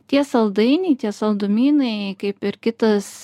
tie saldainiai tie saldumynai kaip ir kitas